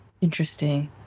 Interesting